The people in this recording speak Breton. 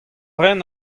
raen